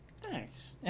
Thanks